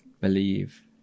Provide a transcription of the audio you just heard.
Believe